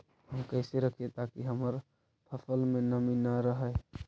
हम कैसे रखिये ताकी हमर फ़सल में नमी न रहै?